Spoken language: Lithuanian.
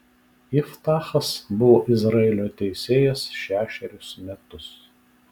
iftachas buvo izraelio teisėjas šešerius metus